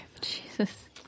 Jesus